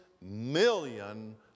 million